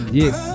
yes